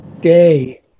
day